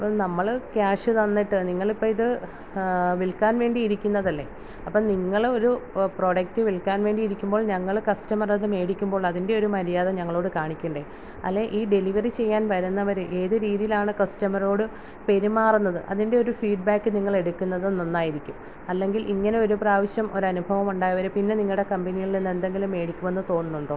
അപ്പം നമ്മൾ ക്യാഷ് തന്നിട്ട് നിങ്ങളിപ്പം ഇത് വിൽക്കാൻ വേണ്ടി ഇരിക്കുന്നതല്ലേ അപ്പോൾ നിങ്ങളൊരു പ്രൊഡക്റ്റ് വിൽക്കാൻ വേണ്ടി ഇരിക്കുമ്പോൾ ഞങ്ങൾ കസ്റ്റമറ് അത് മേടിക്കുമ്പോൾ അതിൻറ്റെയൊരു മര്യാദ ഞങ്ങളോട് കാണിക്കണ്ടേ അല്ലേൽ ഈ ഡെലിവറി ചെയ്യാൻ വരുന്നവർ ഏത് രീതിയിലാണ് കസ്റ്റമറോട് പെരുമാറുന്നത് അതിൻറ്റെയൊരു ഫീഡ്ബാക്ക് നിങ്ങളെടുക്കുന്നത് നന്നായിരിക്കും അല്ലെങ്കിൽ ഇങ്ങനെ ഒരു പ്രാവശ്യം ഒരനുഭവമുണ്ടായവർ പിന്നെ നിങ്ങളുടെ കമ്പനിയിൽ നിന്ന് എന്തെങ്കിലും മേടിക്കുമെന്ന് തോന്നുന്നുണ്ടോ